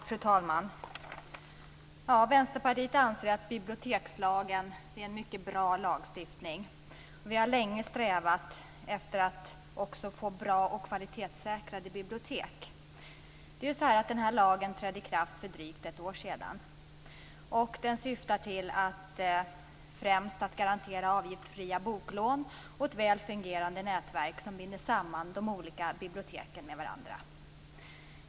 Fru talman! Vänsterpartiet anser att bibliotekslagen är en mycket bra lagstiftning. Vi har länge strävat efter att också få bra och kvalitetssäkrade bibliotek. Den här lagen trädde i kraft för drygt ett år sedan. Den syftar främst till att garantera avgiftsfria boklån och ett väl fungerande nätverk som binder samman de olika biblioteken med varandra.